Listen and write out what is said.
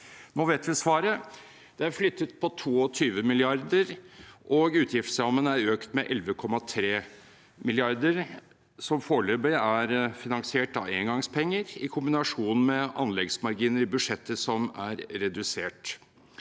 Nå vet vi svaret. Det er flyttet på 22 mrd. kr, og utgiftsrammen er økt med 11,3 mrd. kr, som foreløpig er finansiert av engangspenger i kombinasjon med anleggsmarginer i budsjettet som er redusert.